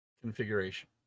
configuration